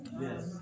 Yes